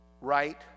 Right